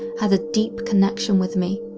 had a deep connection with me.